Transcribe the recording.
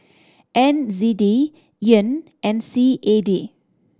N Z D Yen and C A D